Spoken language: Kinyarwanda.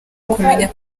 kumenya